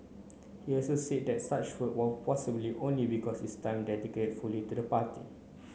he also said that such work was possible only because is time dedicated fully to the party